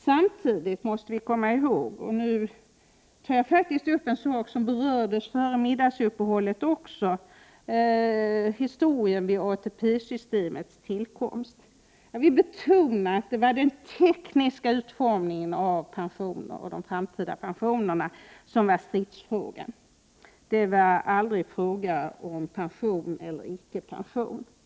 Samtidigt måste vi komma ihåg — jag tar faktiskt upp en sak som också berördes före middagsuppehållet — hur historien var vid ATP-systemets tillkomst. Jag vill betona att det var den tekniska utformningen av de framtida pensionerna som var stridsfrågan. Det var aldrig fråga om pension eller icke pension.